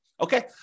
okay